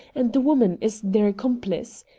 and the woman is their accomplice.